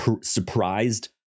surprised